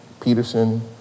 Peterson